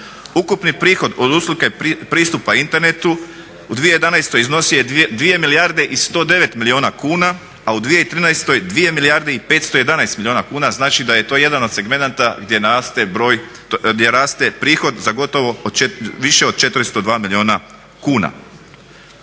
Ukupni prihod od usluge pristupa internetu u 2011. iznosio je 2 milijarde i 109 milijuna kuna a u 2013. 2 milijarde i 511 milijuna kuna. Znači da je to jedan od segmenata gdje raste prihod za gotovo više od 402 milijuna kuna.